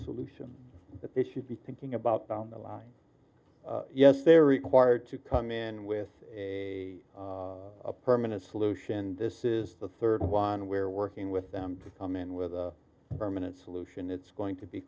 solution that they should be thinking about down the line yes they're required to come in with a permanent solution this is the third one we're working with them to come in with a permanent solution it's going to be